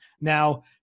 Now